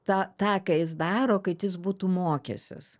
tą tą ką jis daro kad jis būtų mokęsis